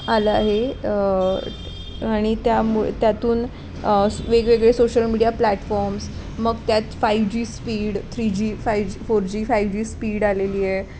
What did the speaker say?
आलं आहे तर आणि त्यामुळे त्यातून वेगवेगळे सोशल मीडिया प्लॅटफॉम्स मग त्यात five G speed three G five G four G five G speed आलेली आहे